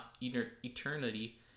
eternity